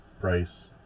price